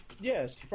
Yes